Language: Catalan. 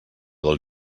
del